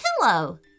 pillow